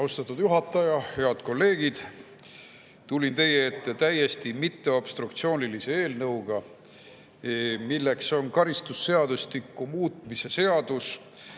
Austatud juhataja! Head kolleegid! Tulin teie ette täiesti mitteobstruktsioonilise eelnõuga – karistusseadustiku muutmise seaduse